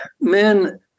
men